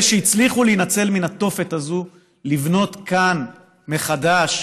אלה שהצליחו להינצל מן התופת הזאת, לבנות כאן מחדש